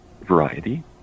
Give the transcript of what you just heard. variety